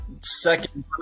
second